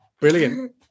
Brilliant